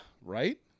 right